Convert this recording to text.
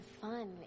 fun